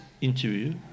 interview